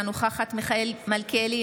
אינה נוכחת מיכאל מלכיאלי,